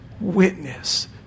witness